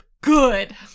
good